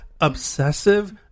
Obsessive